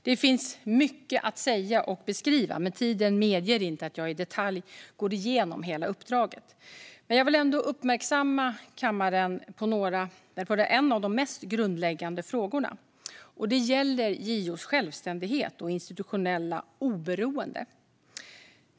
Det finns mycket att säga och beskriva, men tiden medger inte att jag i detalj går igenom hela uppdraget. Jag vill ändå uppmärksamma kammaren på en av de mest grundläggande frågorna. Det gäller JO:s självständighet och institutionella oberoende.